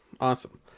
Awesome